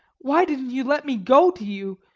why didn't you let me go to you?